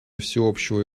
всеобщего